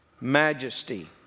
majesty